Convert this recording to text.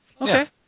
Okay